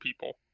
people